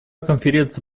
конференции